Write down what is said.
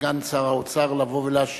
כסגן שר האוצר, לבוא ולהשיב